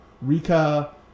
Rika